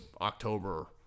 October